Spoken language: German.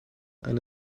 eine